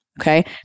okay